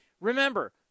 remember